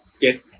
get